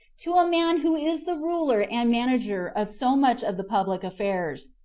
to a man who is the ruler and manager of so much of the public affairs,